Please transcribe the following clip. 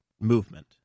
movement